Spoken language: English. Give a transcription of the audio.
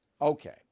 Okay